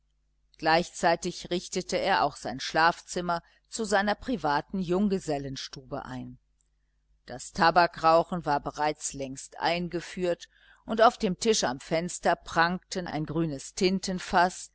gleichzeitig richtete er auch sein schlafzimmer zu seiner privaten junggesellenstube ein das tabakrauchen war bereits längst eingeführt und auf dem tisch am fenster prangten ein grünes tintenfaß